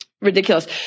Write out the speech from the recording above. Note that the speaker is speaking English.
ridiculous